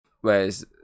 Whereas